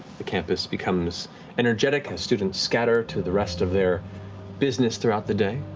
the campus becomes energetic as students scatter to the rest of their business throughout the day.